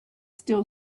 still